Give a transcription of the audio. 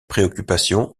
préoccupations